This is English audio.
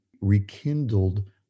rekindled